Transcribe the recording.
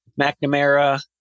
McNamara